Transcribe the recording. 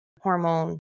hormone